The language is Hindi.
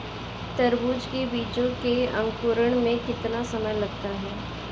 तरबूज के बीजों के अंकुरण में कितना समय लगता है?